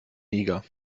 niger